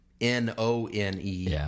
N-O-N-E